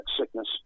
sickness